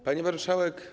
Pani Marszałek!